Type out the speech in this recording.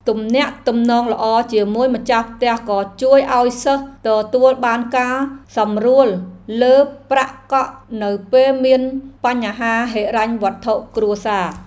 ទំនាក់ទំនងល្អជាមួយម្ចាស់ផ្ទះក៏ជួយឱ្យសិស្សទទួលបានការសម្រួលលើប្រាក់កក់នៅពេលមានបញ្ហាហិរញ្ញវត្ថុគ្រួសារ។